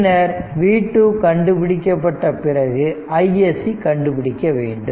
பின்னர் v 2 கண்டுபிடிக்கப்பட்ட பிறகு iSC கண்டுபிடிக்க வேண்டும்